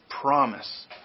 promise